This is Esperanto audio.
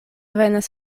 venas